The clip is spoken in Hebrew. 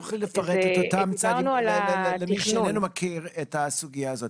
תוכלי לפרט את אותם צעדים למי שאיננו מכיר את הסוגייה הזאת?